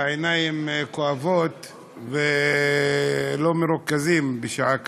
העיניים כואבות ולא מרוכזים בשעה כזאת.